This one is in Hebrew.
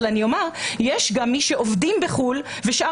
אבל אני אומר שיש גם מי שעובדים בחוץ לארץ ושאר